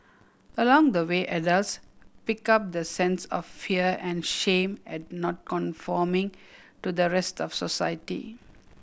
along the way adults pick up the sense of fear and shame at not conforming to the rest of society